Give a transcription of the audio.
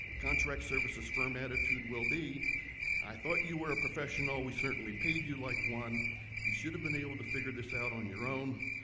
contract services firm attitude will be i thought you were a professional we certainly paid you like one you should have been able to figure this out on your own